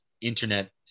internet